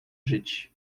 żyć